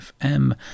fm